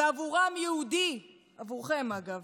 ועבורם יהודי, עבורכם, אגב,